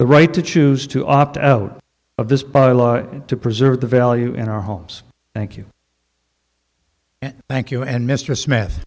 the right to choose to opt out of this by law to preserve the value in our homes thank you thank you and mr smith